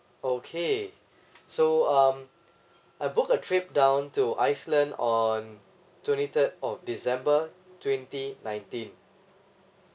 okay so um I booked a trip down to iceland on twenty third of december twenty nineteen